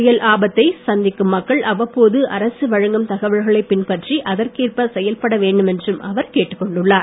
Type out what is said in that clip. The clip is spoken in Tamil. புயல் ஆபத்தை சந்திக்கும் மக்கள் அவ்வப்போது அரசு வழங்கும் தகவல்களை பின்பற்றி அதற்கேற்ப செயல்பட வேண்டும் என்றும் அவர் கேட்டுக்கொண்டுள்ளார்